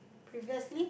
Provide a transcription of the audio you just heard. previously